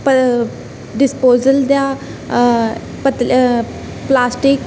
disposal plastic